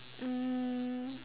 um